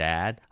Dad